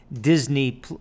Disney